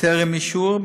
בטרם אישור,